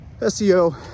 seo